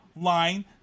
line